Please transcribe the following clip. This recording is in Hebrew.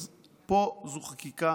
אז פה זה חקיקה